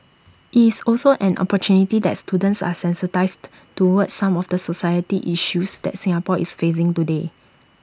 IT is also an opportunity that students are sensitised towards some of the society issues that Singapore is facing today